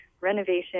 Renovation